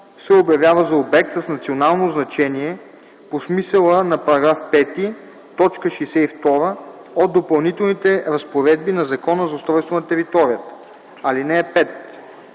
се обявява за обект с национално значение по смисъла на § 5, т. 62 от Допълнителните разпоредби на Закона за устройство на територията. (5)